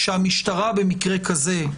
במקרה כזה,